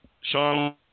Sean